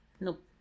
Nope